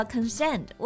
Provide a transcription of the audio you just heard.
Consent